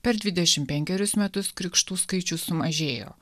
per dvidešimt penkerius metus krikštų skaičius sumažėjo